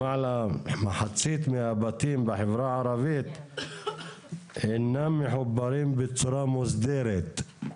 למעלה ממחצית מהבתים בחברה הערבית אינם מחוברים בצורה מוסדרת,